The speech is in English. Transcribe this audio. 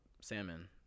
salmon